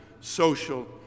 social